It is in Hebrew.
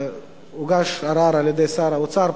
הוגש ערר על-ידי שר האוצר.